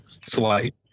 Slight